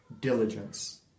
diligence